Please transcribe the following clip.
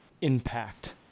impact